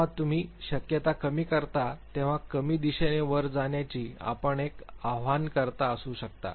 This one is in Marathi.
जेव्हा तुम्ही शक्यता कमी करता तेव्हा कमी दिशेने वर जाण्यासाठी आपण एक आव्हानकर्ता असू शकता